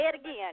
again